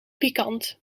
pikant